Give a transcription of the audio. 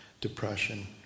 depression